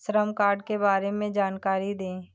श्रम कार्ड के बारे में जानकारी दें?